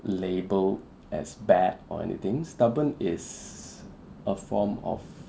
label as bad or anything stubborn is a form of